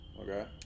Okay